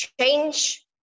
change